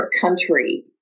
country